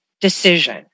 decision